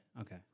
Okay